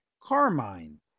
Carmine